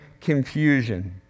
confusion